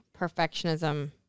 perfectionism